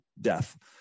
death